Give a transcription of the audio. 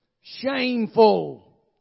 shameful